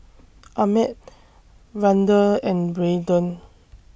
Ahmed Vander and Brayden